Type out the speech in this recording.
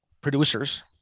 producers